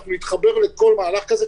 אני מתחבר לכל מהלך כזה.